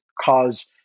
cause